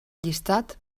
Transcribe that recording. llistat